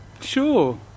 Sure